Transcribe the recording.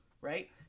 right